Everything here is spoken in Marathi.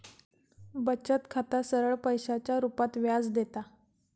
बचत खाता सरळ पैशाच्या रुपात व्याज देता